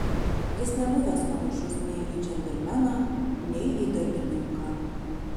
jis nebuvęs panašus nei į džentelmeną nei į darbininką